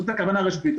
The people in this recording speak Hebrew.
זו הכוונה לרשת הביטחון.